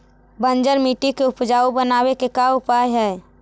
बंजर मट्टी के उपजाऊ बनाबे के का उपाय है?